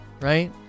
Right